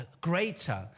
greater